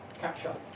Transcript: capture